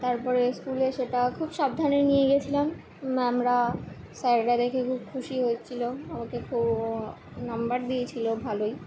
তারপরে স্কুলে সেটা খুব সাবধানে নিয়ে গেছিলাম ম্যামরা স্যাররা দেখে খুব খুশি হয়েছিলো আমাকে খু নাম্বার দিয়েছিলো ভালোই